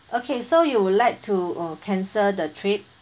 okay so you would like to uh cancel the trip